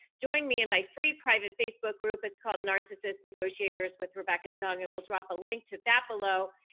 join me in my free private facebook group. it's called narcissist negotiators with rebecca zung. and we'll drop a link to that below,